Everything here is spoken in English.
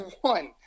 one